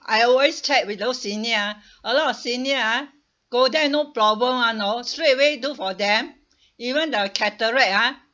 I always check with those senior ah a lot of senior ah go there no problem [one] orh straight away do for them even the cataract ah